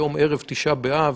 היום ערב תשעה באב.